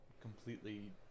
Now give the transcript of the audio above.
completely